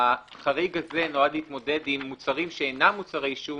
החריג הזה נועד להתמודד עם מוצרים שאינם מוצרי עישון,